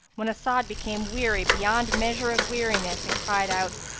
when as'ad became weary beyond measure of weariness and cried out,